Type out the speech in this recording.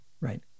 Right